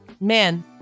Man